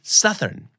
southern